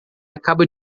acaba